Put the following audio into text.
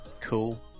Cool